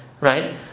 right